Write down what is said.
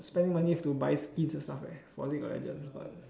spending money to buy skins and stuff leh for league of legends but